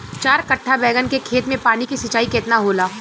चार कट्ठा बैंगन के खेत में पानी के सिंचाई केतना होला?